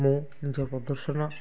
ମୁଁ ନିଜ ପ୍ରଦର୍ଶନ